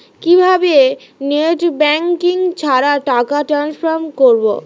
কিভাবে net banking ছাড়া টাকা টান্সফার করব?